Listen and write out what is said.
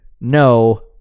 no